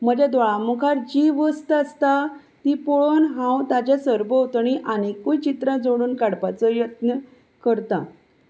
म्हज्या दोळा मुखार जी वस्त आसता ती पळोवन हांव ताच्या सरभोंवतणी आनिकूय चित्रां जोडून काडपाचो यत्न करतां